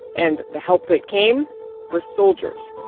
and the help that came was soldiers.